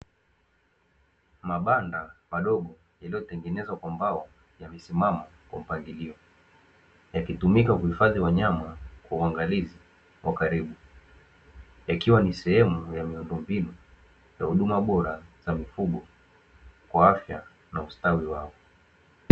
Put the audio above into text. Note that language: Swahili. Mabanda madogo yaliyotengenezwa kwa mbao yamesimama kwa mpangilio, yakitumika kuhifadhi wanyama kwauangalizi wa karibu, ikiwa ni sehemu ya miundombinu ya huduma bora za mifugo kwa afya na ustawi wao.